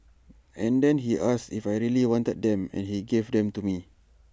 and then he asked if I really wanted them and he gave them to me